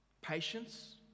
Patience